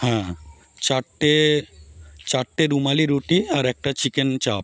হ্যাঁ চারটে চারটে রুমালি রুটি আর একটা চিকেন চাপ